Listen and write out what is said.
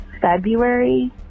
February